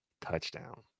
touchdown